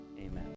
Amen